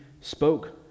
spoke